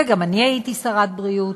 וגם אני הייתי שרת הבריאות,